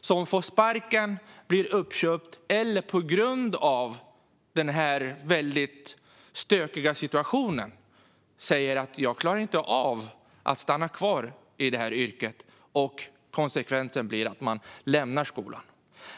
som får sparken, blir uppköpt eller på grund av den väldigt stökiga situationen säger: Jag klarar inte av att stanna kvar i det här yrket. Konsekvensen blir att man lämnar skolan.